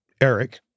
Eric